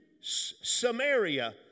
Samaria